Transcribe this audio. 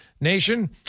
Nation